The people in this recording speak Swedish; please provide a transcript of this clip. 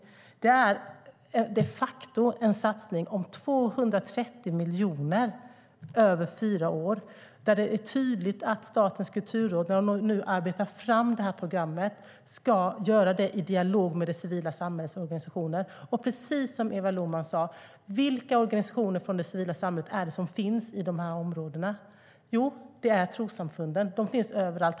Det är de facto en satsning om 230 miljoner över fyra år. Det är tydligt att Statens kulturråd när de nu arbetar fram detta program ska göra det i dialog med det civila samhällets organisationer. Precis som Eva Lohman sa: Vilka organisationer från det civila samhället är det som finns i dessa områden? Jo, det är trossamfunden. De finns överallt.